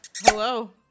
Hello